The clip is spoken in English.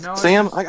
Sam